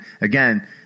again